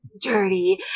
dirty